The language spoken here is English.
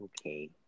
okay